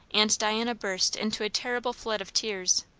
and diana burst into a terrible flood of tears.